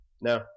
No